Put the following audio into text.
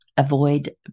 Avoid